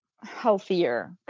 healthier